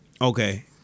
Okay